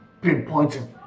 pinpointing